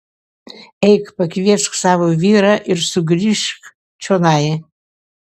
eik pakviesk savo vyrą ir sugrįžk čionai